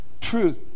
truth